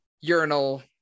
urinal